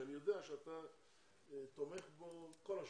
שאני יודע שאתה תומך בו כל השנים.